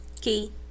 Key